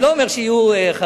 אני לא אומר שיהיו חרדים,